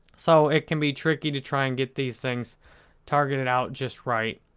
so it can be tricky to try and get these things targeted out just right.